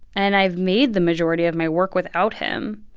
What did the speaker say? and i've made the majority of my work without him,